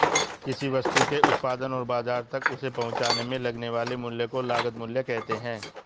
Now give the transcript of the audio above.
किसी वस्तु के उत्पादन और बाजार तक उसे पहुंचाने में लगने वाले मूल्य को लागत मूल्य कहते हैं